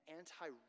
anti